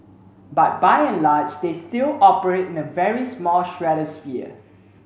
but by and large they still operate in a very small stratosphere